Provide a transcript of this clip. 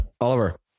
Oliver